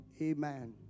Amen